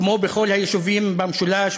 כמו בכל היישובים במשולש,